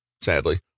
Sadly